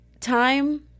time